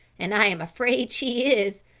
and i am afraid she is,